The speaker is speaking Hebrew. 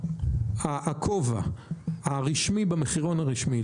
הכובע הרשמי במחירון הרשמי,